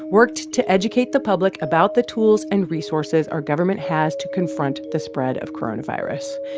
worked to educate the public about the tools and resources our government has to confront the spread of coronavirus.